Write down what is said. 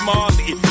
Marley